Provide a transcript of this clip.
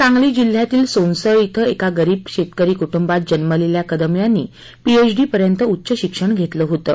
सांगली जिल्ह्यातील सोनसळ ओ एका गरीब शेतकरी कुटुंबात जन्मलेल्या कदम यांनी पीएचडी पर्यंत उच्च शिक्षण घेतलं होतं